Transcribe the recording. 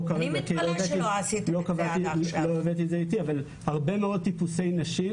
אבל לא כרגע כי לא הבאתי את זה איתי שיש הרבה מאוד טיפוסי נשים